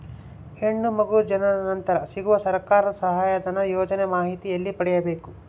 ಹೆಣ್ಣು ಮಗು ಜನನ ನಂತರ ಸಿಗುವ ಸರ್ಕಾರದ ಸಹಾಯಧನ ಯೋಜನೆ ಮಾಹಿತಿ ಎಲ್ಲಿ ಪಡೆಯಬೇಕು?